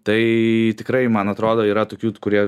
tai tikrai man atrodo yra tokių kurie